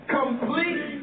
complete